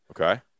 okay